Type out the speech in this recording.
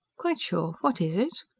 quite sure. what is it?